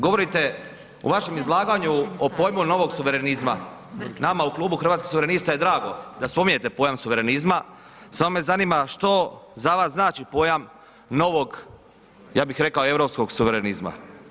Govorite u vašem izlaganju o pojmu novog suverenizma, nama u klubu Hrvatskih suverenista je drago da spominjete pojam suverenizma, samo me zanima što za vas znači pojam novog, ja bih rekao europskog suverenizma.